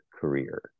career